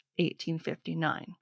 1859